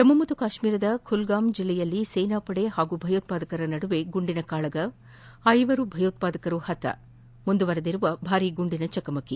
ಜಮ್ನು ಮತ್ತು ಕಾಶ್ಲೀರದ ಕುಲ್ಗಾಮ್ ಜಿಲ್ಲೆಯಲ್ಲಿ ಸೇನಾಪಡೆ ಹಾಗೂ ಭಯೋತ್ಪಾದಕರ ನಡುವೆ ಗುಂಡಿನ ಕಾಳಗ ಐವರು ಭಯೋತಾದಕರು ಪತ ಮುಂದುವರೆದಿರುವ ಭಾರೀಗುಂಡಿನ ಚಕಮಕಿ